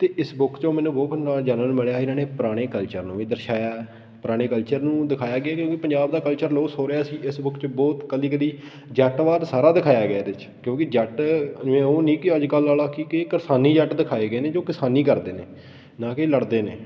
ਅਤੇ ਇਸ ਬੁੱਕ 'ਚੋਂ ਮੈਨੂੰ ਜਾਨਣ ਨੂੰ ਮਿਲਿਆ ਇਹਨਾਂ ਨੇ ਪੁਰਾਣੇ ਕਲਚਰ ਨੂੰ ਵੀ ਦਰਸ਼ਾਇਆ ਪੁਰਾਣੇ ਕਲਚਰ ਨੂੰ ਦਿਖਾਇਆ ਗਿਆ ਕਿਉਂਕਿ ਪੰਜਾਬ ਦਾ ਕਲਚਰ ਲੋਸ ਹੋ ਰਿਹਾ ਸੀ ਇਸ ਬੁੱਕ 'ਚ ਬਹੁਤ ਇਕੱਲੀ ਕਦੀ ਜੱਟਵਾਦ ਸਾਰਾ ਦਿਖਾਇਆ ਗਿਆ ਇਹਦੇ 'ਚ ਕਿਉਂਕਿ ਜੱਟ ਜਿਵੇਂ ਉਹ ਨਹੀਂ ਕਿ ਅੱਜ ਕੱਲ੍ਹ ਵਾਲਾ ਕੀ ਕਿ ਕਿਸਾਨੀ ਜੱਟ ਦਿਖਾਏ ਗਏ ਨੇ ਜੋ ਕਿਸਾਨੀ ਕਰਦੇ ਨੇ ਨਾ ਕਿ ਲੜਦੇ ਨੇ